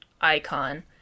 icon